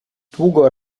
długo